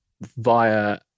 Via